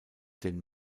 den